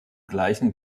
gleichen